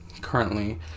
Currently